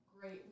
great